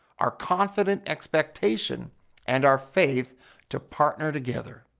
our confident expectation and our faith to partner together.